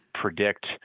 predict